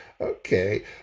Okay